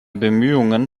bemühungen